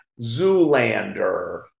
Zoolander